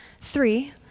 Three